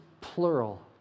plural